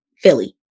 Philly